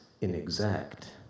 inexact